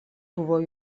buvo